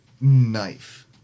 Knife